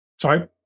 sorry